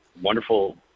wonderful